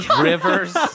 rivers